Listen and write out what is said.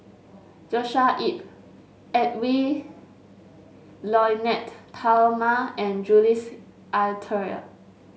Joshua Ip Edwy Lyonet Talma and Jules Itier